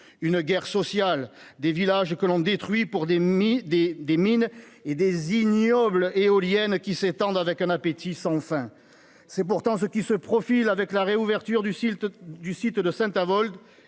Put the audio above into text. une guerre sociale, des villages détruits pour des mines et d'ignobles éoliennes qui s'étendent avec un appétit sans fin. C'est pourtant ce qui se profile avec la réouverture du site de Saint-Avold